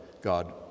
God